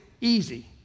easy